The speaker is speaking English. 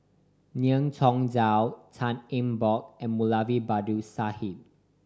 Ngiam Tong Dow Tan Eng Bock and Moulavi Babu Sahib